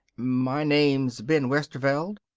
my name's ben westerveld.